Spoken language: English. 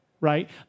right